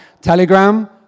Telegram